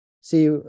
see